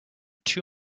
too